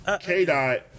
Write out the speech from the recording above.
K-Dot